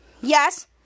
Yes